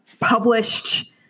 published